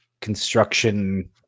construction